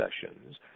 sessions